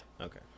Okay